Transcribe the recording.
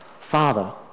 Father